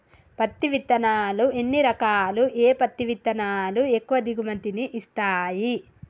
పత్తి విత్తనాలు ఎన్ని రకాలు, ఏ పత్తి విత్తనాలు ఎక్కువ దిగుమతి ని ఇస్తాయి?